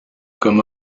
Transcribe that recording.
come